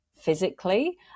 physically